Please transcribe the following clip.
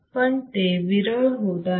पण ते विरळ होत आहेत